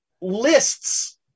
lists